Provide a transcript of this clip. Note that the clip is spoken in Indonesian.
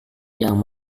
yang